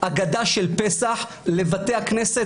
היום לראשי ערים לתת הגדה של פסח לבתי הכנסת.